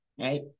right